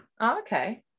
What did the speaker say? okay